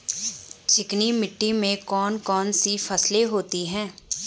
चिकनी मिट्टी में कौन कौन सी फसलें होती हैं?